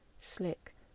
slick